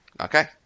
Okay